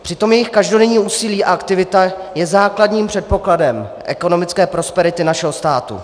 Přitom jejich každodenní úsilí a aktivita je základním předpokladem ekonomické prosperity našeho státu.